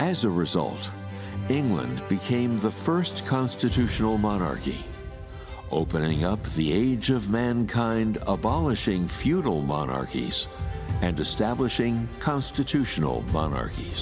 as a result england became the first constitutional monarchy opening up the age of mankind abolishing futile monarchies and establishing constitutional monarch